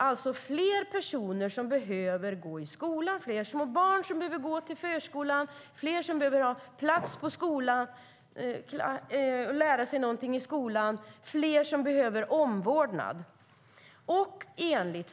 Det är fler personer som behöver gå i skola, fler små barn som behöver gå till förskolan, fler som behöver ha plats på skola och lära sig någonting i skolan och fler som behöver omvårdnad.